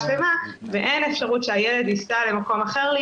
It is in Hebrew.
ואין אפשרות שהילד ייסע לשהות במקום אחר,